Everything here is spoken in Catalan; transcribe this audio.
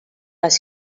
les